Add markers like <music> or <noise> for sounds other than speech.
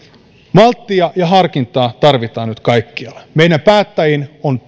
malttia ja harkintaa tarvitaan nyt kaikkialla meidän päättäjien on <unintelligible>